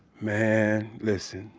man, listen.